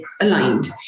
aligned